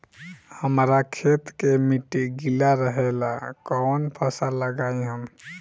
हमरा खेत के मिट्टी गीला रहेला कवन फसल लगाई हम?